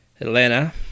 Atlanta